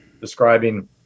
describing